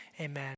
amen